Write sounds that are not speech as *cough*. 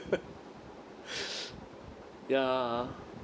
*laughs* *breath* ya ah